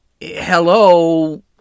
Hello